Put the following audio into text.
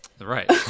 right